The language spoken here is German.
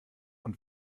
und